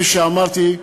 כפי שאמרתי,